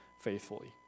faithfully